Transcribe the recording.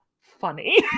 funny